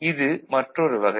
இது மற்றொரு வகை